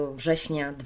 września